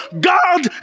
god